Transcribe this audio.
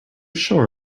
sure